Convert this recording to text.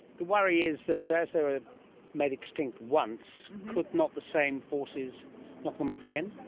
the worry is that as they were made extinct once, could not the same forces knock them off again?